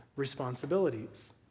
Responsibilities